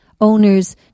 owners